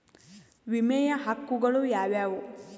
ವಿಮೆಯ ಹಕ್ಕುಗಳು ಯಾವ್ಯಾವು?